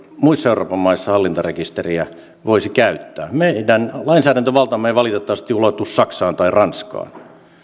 muissa euroopan maissa hallintarekisteriä voisi käyttää meidän lainsäädäntövaltamme ei valitettavasti ulotu saksaan tai ranskaan